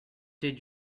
did